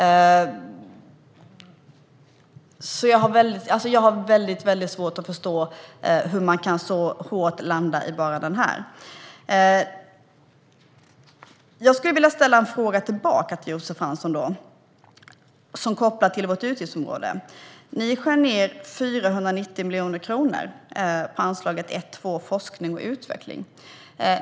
Jag har väldigt svårt att förstå hur man kan landa så hårt i bara den här skatten. Jag vill ställa en fråga tillbaka till Josef Fransson som är kopplad till vårt utgiftsområde. Ni skär ned 490 miljoner kronor på anslaget 1:2 Forskning och utveckling.